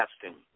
testing